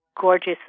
gorgeous